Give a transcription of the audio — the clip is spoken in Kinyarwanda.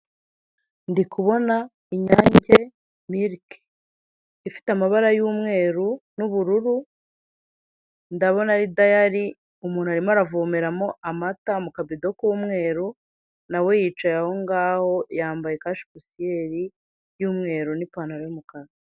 Ndikubona Inyange milk ifite amabara y'umweru n'ubururu, ndabona ari diary umuntu arimo aravomeramo amata mu kabido k'umweru nawe yicaye aho ngaho yambaye kashipusiyeri y'umweru n'ipantaro y'umukara.